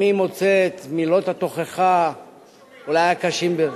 מי מוצא את מילות התוכחה אולי הקשות ביותר.